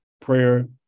Prayer